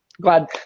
glad